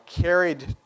carried